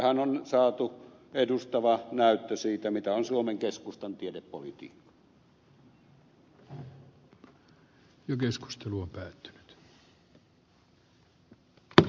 nytpähän on saatu edustava näyttö siitä mitä on suomen keskustan tiedepolitiikka